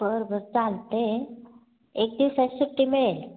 बरं बरं चालते आहे एक दिवसाची सुट्टी मिळेल